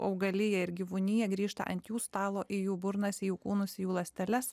augaliją ir gyvūniją grįžta ant jų stalo į jų burnas į jų kūnus į jų ląsteles